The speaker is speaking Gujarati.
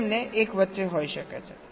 તેમને એક વચ્ચે હોઇ શકે છે